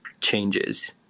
Changes